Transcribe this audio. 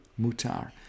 mutar